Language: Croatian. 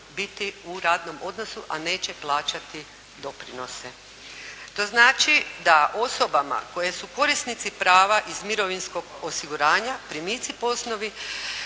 biti u radnom odnosu a neće plaćati doprinose. To znači da osobama koje su korisnici prava iz mirovinskog osiguranja primici po osnovi